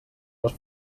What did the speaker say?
les